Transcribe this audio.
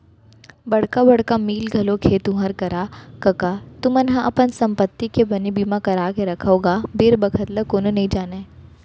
बड़का बड़का मील घलोक हे तुँहर करा कका तुमन ह अपन संपत्ति के बने बीमा करा के रखव गा बेर बखत ल कोनो नइ जानय